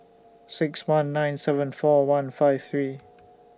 six one nine seven four one five three